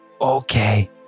Okay